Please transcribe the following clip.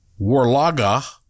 warlaga